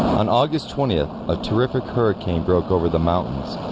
on august twentieth a terrific hurricane broke over the mountains